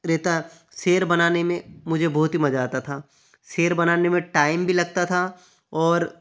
रहता शेर बनाने में मुझे बहुत ही मजा आता था शेर बनाने में टाइम भी लगता था और